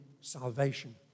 salvation